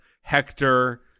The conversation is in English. Hector